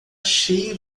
cheio